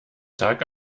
tag